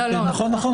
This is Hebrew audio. נכון.